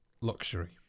Luxury